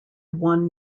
one